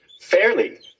fairly